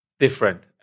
Different